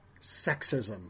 sexism